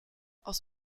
aus